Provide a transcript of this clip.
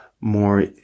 more